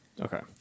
Okay